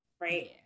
right